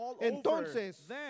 entonces